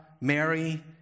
Mary